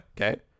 okay